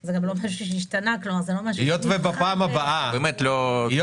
זה גם לא משהו שהשתנה --- באמת --- הרבה,